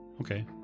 Okay